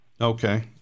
Okay